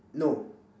no